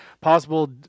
Possible